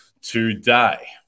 today